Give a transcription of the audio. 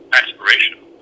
aspirational